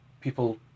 people